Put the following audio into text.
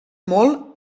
molt